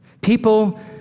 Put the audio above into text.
People